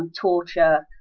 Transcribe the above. and torture,